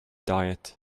diet